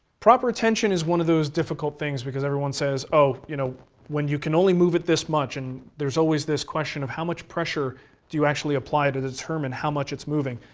proper tension is one of those difficult things because everyone says you know when you can only move it this much and there's always this question of how much pressure do you actually apply to determine how much it's moving.